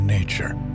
nature